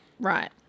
Right